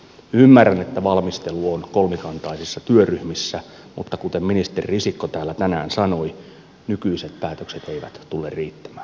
ymmärrän että valmistelu on kolmikantaisissa työryhmissä mutta kuten ministeri risikko täällä tänään sanoi nykyiset päätökset eivät tule riittämään